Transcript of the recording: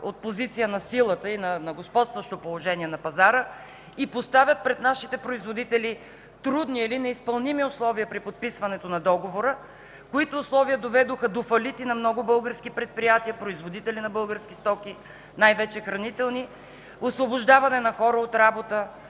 от позиция на силата и на господстващото положение на пазара и поставят пред нашите производители трудни или неизпълними условия при подписването на договора, които условия доведоха до фалити на много български предприятия – производители на български стоки, най-вече хранителни, освобождаване на хора от работа